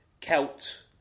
Celt